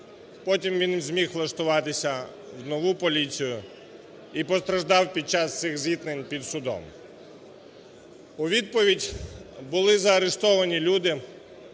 Потім він зміг влаштуватися у нову поліцію і постраждав під час цих зіткнень під судом. У відповідь були заарештовані люди,